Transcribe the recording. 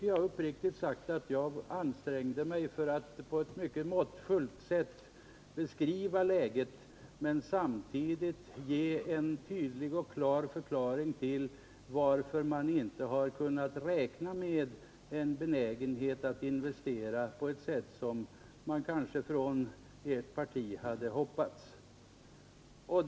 Jag ansträngde mig att beskriva läget på ett mycket måttfullt sätt men samtidigt ge en tydlig förklaring till att det inte funnits anledning att räkna med den investeringsbenägenhet som ni i ert parti kanske hade hoppats på.